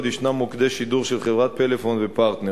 ישנם מוקדי שידור של חברת "פלאפון" וחברת "פרטנר".